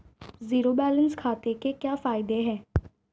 Zero balance खाते के क्या फायदे हैं?